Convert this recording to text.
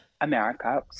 America